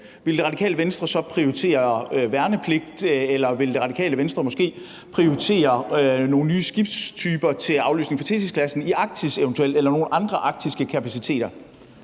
ville Det Radikale Venstre så prioritere værnepligt, eller ville Det Radikale Venstre eventuelt prioritere nogle nye skibstyper til afløsning for Thetisklassen i Arktis eller nogle andre arktiske kapaciteter?